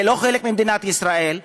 זה לא חלק ממדינת ישראל,